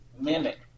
mimic